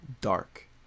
dark